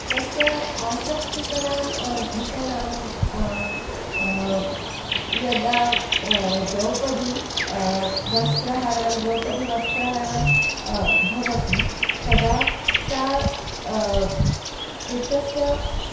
तस्य आसक्तिकरां घटनां यदा द्रौपदी वस्त्रहरणं द्रौपदीवस्त्रहरणं भवति तदा सा कृष्णस्य